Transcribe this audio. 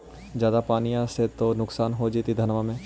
ज्यादा पनिया से तो नुक्सान हो जा होतो धनमा में?